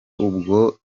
ubwo